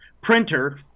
printer